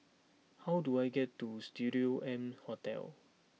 how do I get to Studio M Hotel